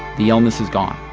the illness is gone.